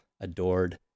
adored